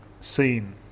seen